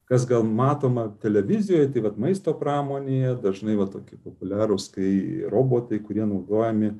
kas gal matoma televizijoje tai vat maisto pramonėje dažnai va tokie populiarūs tai robotai kurie naudojami